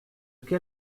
quel